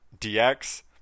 DX